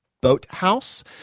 Boathouse